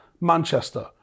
Manchester